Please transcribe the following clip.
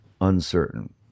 uncertain